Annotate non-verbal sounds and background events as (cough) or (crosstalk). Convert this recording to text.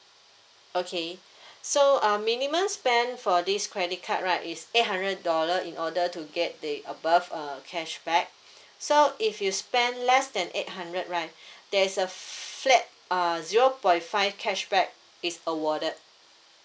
okay so uh minimum spend for this credit card right is eight hundred dollar in order to get the above uh cashback so if you spend less than eight hundred right (breath) there's a flat uh zero point five cashback is awarded